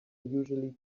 usually